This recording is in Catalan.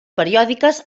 periòdiques